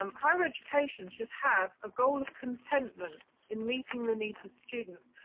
um higher education should have a goal of contentment in meeting the needs of students,